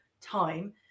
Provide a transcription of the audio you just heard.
time